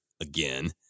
again